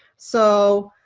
so.